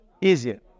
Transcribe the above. Easier